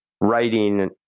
writing